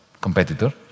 competitor